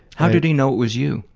how did he know it was you?